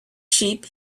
sheep